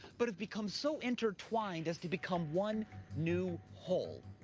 but have become so intertwined as to become one new whole.